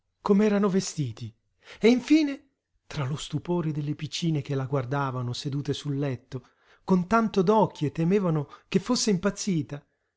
com'erano vestiti e infine tra lo stupore delle piccine che la guardavano sedute sul letto con tanto d'occhi e temevano che fosse impazzita